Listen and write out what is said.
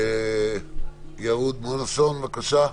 יהוד-מונוסון, בבקשה.